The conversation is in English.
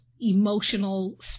emotional